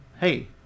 Hey